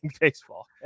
baseball